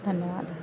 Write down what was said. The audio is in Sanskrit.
धन्यवादः